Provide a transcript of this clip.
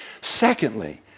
Secondly